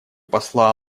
посла